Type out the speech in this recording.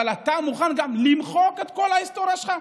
אבל אתה מוכן גם למחוק את כל ההיסטוריה שלך?